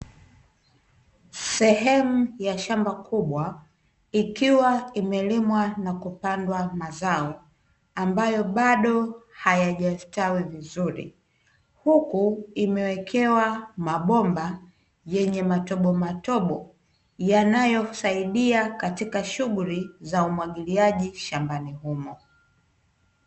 Sehemu ya shamba kubwa ikiwa imelimwa na kupandwa mazao, ambayo bado hayajastawi vizuri. Huku imewekewa mabomba yenye matotomatobo yanayosaidia katika shughuli za umwagiliaji shambani humo.